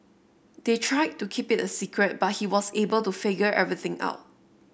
they tried to keep it a secret but he was able to figure everything out